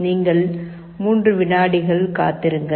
நீங்கள் 3 விநாடிகள் காத்திருங்கள்